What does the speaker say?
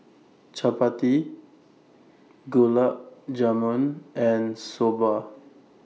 Chapati Gulab Jamun and Soba